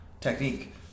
technique